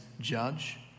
judge